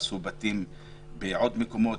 הרסו בתים בעוד מקומות,